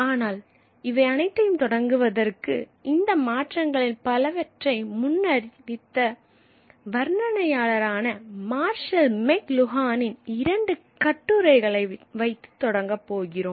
ஆனால் தொடங்குவதற்கு இந்த மாற்றங்களில் பலவற்றை முன்னறிவித்த வர்ணனையாளர் ஆன மார்ஷல் மெக்ளுஹானின் 2 கட்டுரைகளுடன் தொடங்கப் போகிறோம்